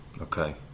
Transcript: Okay